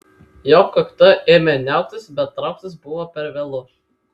jo kakta ėmė niauktis bet trauktis buvo per vėlu